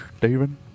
David